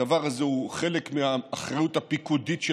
הדבר הזה הוא חלק מהאחריות הפיקודית של